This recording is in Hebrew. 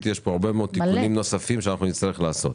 יש הרבה תיקונים נוספים שנצטרך לעשות.